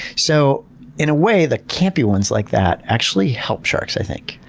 so in a way the campy ones like that actually help sharks, i think.